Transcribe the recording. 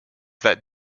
that